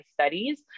studies